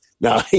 Now